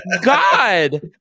God